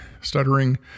stuttering